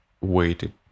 waited